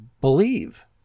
believe